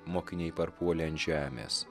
mokiniai parpuolė ant žemės